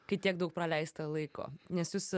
kai tiek daug praleista laiko nes jūs